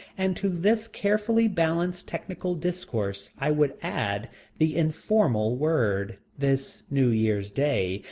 and to this carefully balanced technical discourse i would add the informal word, this new year's day,